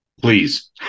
Please